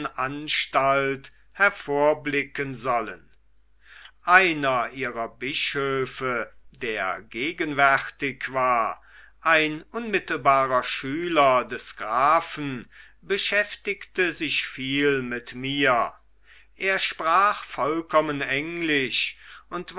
anstalt hervorblicken sollen einer ihrer bischöfe der gegenwärtig war ein unmittelbarer schüler des grafen beschäftigte sich viel mit mir er sprach vollkommen englisch und